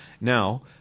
Now